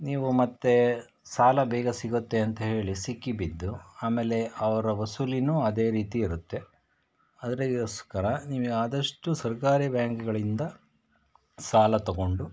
ನೀವು ಮತ್ತೆ ಸಾಲ ಬೇಗ ಸಿಗುತ್ತೆ ಅಂತ ಹೇಳಿ ಸಿಕ್ಕಿಬಿದ್ದು ಆಮೇಲೆ ಅವರ ವಸೂಲಿನೂ ಅದೇ ರೀತಿ ಇರುತ್ತೆ ಅದಗೋಸ್ಕರ ನೀವು ಆದಷ್ಟು ಸರ್ಕಾರಿ ಬ್ಯಾಂಕ್ಗಳಿಂದ ಸಾಲ ತೊಗೊಂಡು